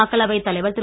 மக்களவைத் தலைவர் திரு